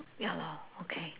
ya lor okay